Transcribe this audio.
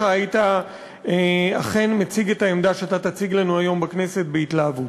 היית אכן מציג את העמדה שתציג לנו היום בכנסת בהתלהבות.